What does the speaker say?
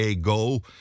Go